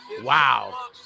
wow